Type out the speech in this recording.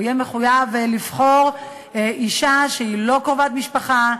הוא יהיה מחויב לבחור אישה שהיא לא קרובת משפחה,